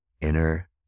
inner